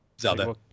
Zelda